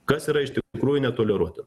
kas yra iš tikrųjų netoleruota